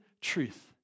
truth